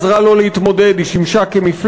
המוזיקה עזרה לו להתמודד, היא שימשה כמפלט.